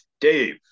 Dave